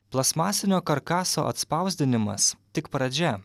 plastmasinio karkaso atspausdinimas tik pradžia